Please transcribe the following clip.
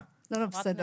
מאפס.